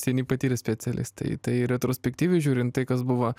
seni patyrę specialistai tai retrospektyviai žiūrint tai kas buvo